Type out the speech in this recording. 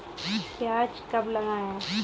प्याज कब लगाएँ?